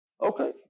Okay